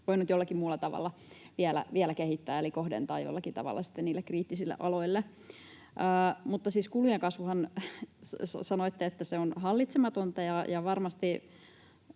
voinut jollakin muulla tavalla vielä kehittää eli kohdentaa jollakin tavalla niille kriittisille aloille. Mutta siis tehän sanoitte, että kulujen kasvu on hallitsematonta, ja varmasti